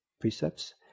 precepts